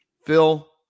phil